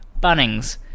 Bunnings